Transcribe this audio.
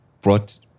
brought